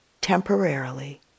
temporarily